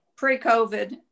Pre-COVID